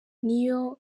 niyo